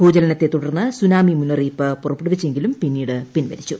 ഭൂചലനത്തെ തുടർന്ന് സുനാമി മുന്നറിയിപ്പ് പുറപ്പെടുവിച്ചുവെങ്കിലും പിന്നീട് പിൻവലിച്ചു